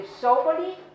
soberly